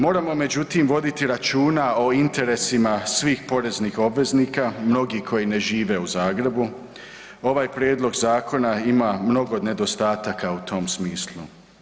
Moramo međutim voditi računa o interesima svih poreznih obveznika, mnogi koji ne žive u Zagrebu, ovaj prijedlog zakona ima mnogo nedostataka u tom smislu.